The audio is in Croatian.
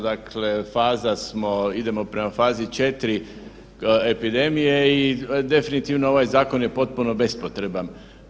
Dakle, faza smo, idemo prema fazi 4 epidemije i definitivno ovaj zakon je potpuno bespotreban.